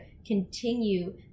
continue